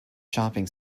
shopping